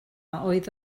oedd